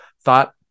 thought